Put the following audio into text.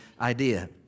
idea